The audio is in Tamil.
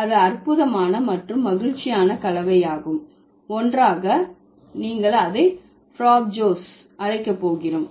அது அற்புதமான மற்றும் மகிழ்ச்சியான கலவையாகும் ஒன்றாக நீங்கள் அதை ஃப்ராப்ஜோஸ் அழைக்க போகிறோம்